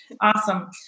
Awesome